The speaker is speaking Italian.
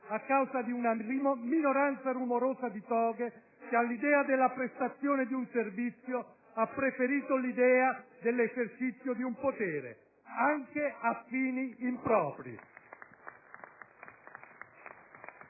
a causa di una minoranza rumorosa di toghe che all'idea della prestazione di un servizio ha preferito l'idea dell'esercizio di un potere, anche a fini impropri.